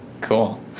cool